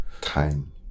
Time